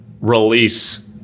release